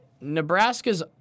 Nebraska's